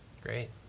Great